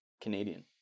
Canadian